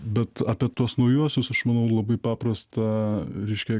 bet apie tuos naujuosius aš manau labai paprasta reiškia